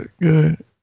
good